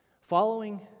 Following